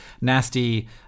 nasty